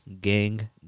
Gang